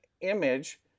image